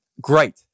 great